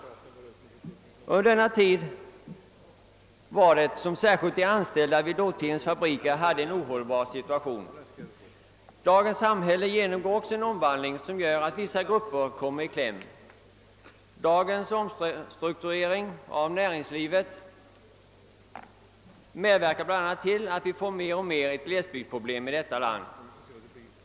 Särskilt de som var anställda vid dåtidens fabriker levde i en ohållbar situation. Dagens samhälle genomgår också en omvandling, som gör att vissa grupper kommer i kläm. Dagens omstrukturering av näringslivet medverkar bl.a. till att vi mer och mer får ett glesbygdsproblem i detta land.